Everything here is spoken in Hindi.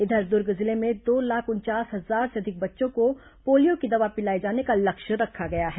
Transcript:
इधर दुर्ग जिले में दो लाख उनचास हजार से अधिक बच्चों को पोलियो की दवा पिलाये जाने का लक्ष्य रखा गया है